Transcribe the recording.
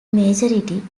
majority